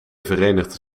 verenigde